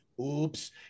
Oops